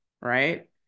right